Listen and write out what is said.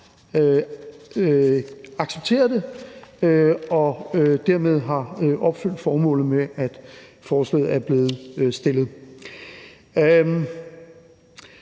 accepteret det og dermed har opfyldt formålet med, at forslaget er blevet fremsat.